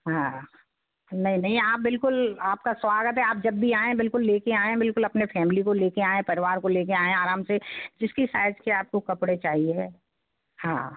हाँ नहीं नहीं आप बिल्कुल आपका स्वागत है आप जब भी आऍं बिल्कुल ले कर आऍं बिल्कुल अपने फेमिली को ले कर आऍं परिवार को ले कर आऍं आराम से जिसकी साइज के आपको कपड़े चाहिए हाँ